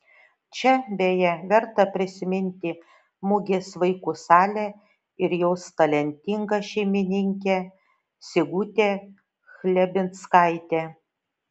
čia beje verta prisiminti mugės vaikų salę ir jos talentingą šeimininkę sigutę chlebinskaitę